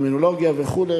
קרימינולוגיה וכו',